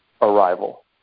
arrival